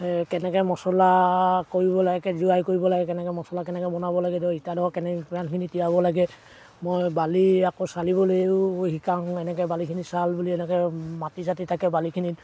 কেনেকৈ মছলা কৰিব লাগে জোৱাই কৰিব লাগে কেনেকৈ মছলা কেনেকৈ বনাব লাগে ইটা ধৰক কেনেকৈ কিমানখিনি তিয়াব লাগে মই বালি আকৌ চালিবলৈও শিকাওঁ এনেকৈ বালিখিনি চাল বুলি এনেকৈ মাটি চাটি থাকে বালিখিনিত